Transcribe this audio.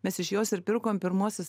mes iš jos ir pirkom pirmuosius